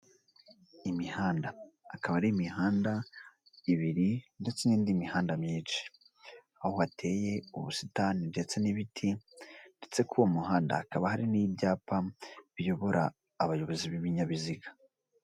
Imihanda, ikaba ari imihanda ibiri ndetse n'indi mihanda myinshi, aho hateye ubusitani ndetse n'ibiti ndetse kuri uwo muhanda hakaba hari n'ibyapa biyobora abayobozi b'ibinyabiziga.